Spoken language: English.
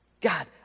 God